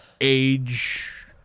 age